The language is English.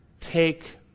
Take